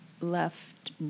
left